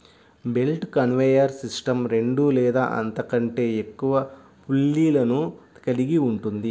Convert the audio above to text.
belt conveyor system రెండు లేదా అంతకంటే ఎక్కువ పుల్లీలను కలిగి ఉంటుంది